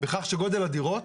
בכך שגודל הדירות